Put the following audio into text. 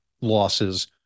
losses